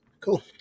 Cool